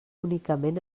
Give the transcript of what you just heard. únicament